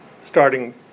starting